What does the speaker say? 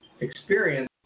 experience